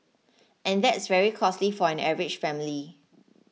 and that's very costly for an average family